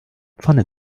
pfanne